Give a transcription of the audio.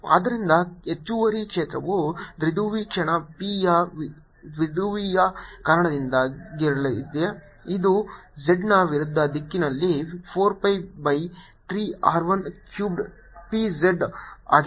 ಆದ್ದರಿಂದ ಹೆಚ್ಚುವರಿ ಕ್ಷೇತ್ರವು ದ್ವಿಧ್ರುವಿ ಕ್ಷಣ P ಯ ದ್ವಿಧ್ರುವಿಯ ಕಾರಣದಿಂದಾಗಿರಲಿದೆ ಇದು z ನ ವಿರುದ್ಧ ದಿಕ್ಕಿನಲ್ಲಿ 4 pi by 3 R 1 cubed P z ಆಗಿದೆ